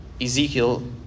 Ezekiel